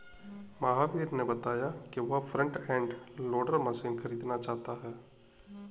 महावीर ने बताया कि वह फ्रंट एंड लोडर मशीन खरीदना चाहता है